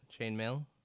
chainmail